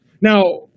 Now